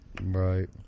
Right